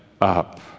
up